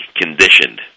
conditioned